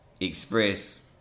express